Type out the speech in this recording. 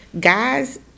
guys